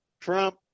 Trump